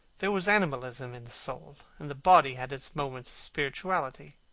there was animalism in the soul, and the body had its moments of spirituality.